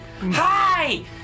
Hi